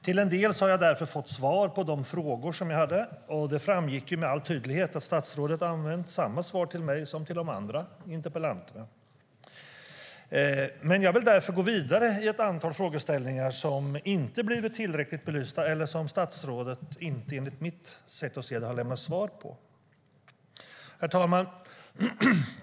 Till en del har jag därför fått svar på mina frågor. Det framgick med all tydlighet att statsrådet använt samma svar till mig som till de andra interpellanterna. Jag vill därför gå vidare i ett antal frågeställningar som inte blivit tillräckligt belysta eller som statsrådet enligt mitt sätt att se det inte har lämnat svar på. Herr talman!